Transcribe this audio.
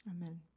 Amen